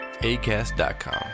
ACAST.com